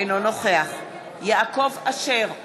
אינו נוכח יעקב אשר,